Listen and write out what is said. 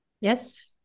yes